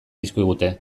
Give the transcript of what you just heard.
dizkigute